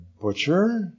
butcher